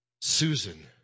Susan